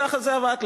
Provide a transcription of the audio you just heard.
ככה זה עבד.